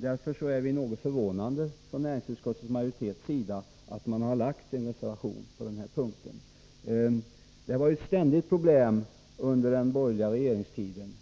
Därför är vi i näringsutskottets majoritet förvånade över att man har lagt en reservation på denna punkt. Dessa stridigheter mellan olika intressen var ett ständigt problem under den borgerliga regeringstiden.